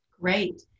Great